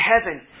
Heaven